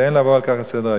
ואין לעבור על כך לסדר-היום.